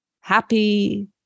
happy